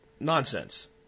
nonsense